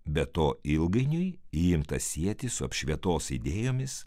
be to ilgainiui ji imta sieti su apšvietos idėjomis